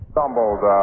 Stumbled